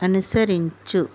అనుసరించు